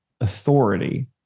authority